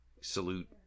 salute